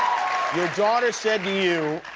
your daughter said to you,